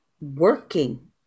working